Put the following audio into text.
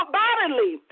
bodily